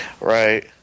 Right